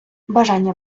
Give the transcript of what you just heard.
бажання